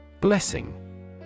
Blessing